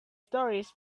stories